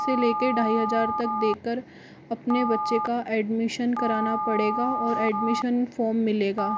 से लेकर ढाई हज़ार तक देकर अपने बच्चे का एडमिशन कराना पड़ेगा और एडमिशन फॉर्म मिलेगा